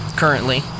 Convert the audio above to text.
Currently